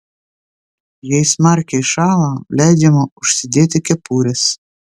jei smarkiai šąla leidžiama užsidėti kepures